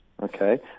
Okay